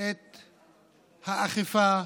את האכיפה,